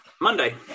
Monday